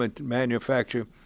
manufacture